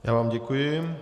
Já vám děkuji.